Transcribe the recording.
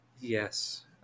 Yes